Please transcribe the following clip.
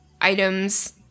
items